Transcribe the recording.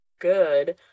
good